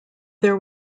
there